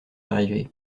arriver